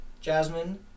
Jasmine